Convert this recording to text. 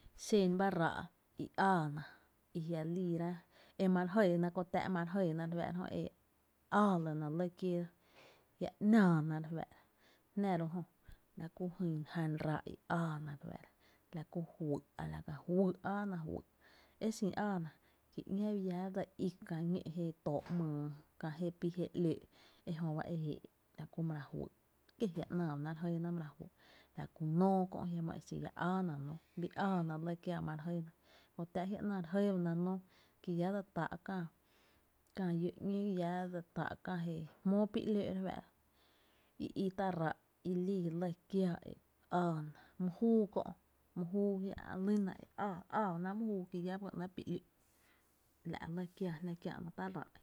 Xen bá ráá’ i ää ná, jia’ liira e ma re jɇɇna kö tá’, ma re jɇɇna áá lɇ ná lɇ kiééra jia’ ‘náá na re fáá’ra, jná ro’ jö la ku jan ráá’ i áána re fáá’ra, la kú fyy’ a la ka juý áána fyy’, e xin áá na kí ‘ñá’ bi llá dse í kä ñó’ jé too ‘myy kä je pí je ‘lóó’ ejö ba e éé’ la ku mara fyy’, kie’ jia ‘naa ba re jɇɇna maraa fyy’, la ku nóó kö’ jiamaa e xin iá áána nóó, bii áána lɇ kiaa e ma re jɇ na, kö táá’ jia’ ‘náá re jɇɇ ba na nóó ki llá dsa tá’ kää llói’ ‘ñó llá dse táá’ kää je jmóó pi ‘lóó’ re fáá’ra i i tá’ raa’ i lii lɇ kiáá e áána, my júu kö’, my júu jia’ ä’ lyna e, áába ná my juu ki llá byga ‘nɇɇ’ pí ‘lü’n, la’ lɇ kiáá jná kiä’ ná’ tá’ ráá’ i.